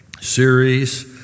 series